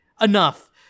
enough